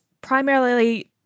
primarily